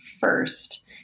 first